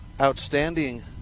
outstanding